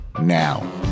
now